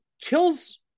kills